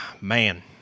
man